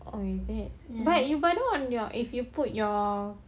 oh is it but you baring if you put your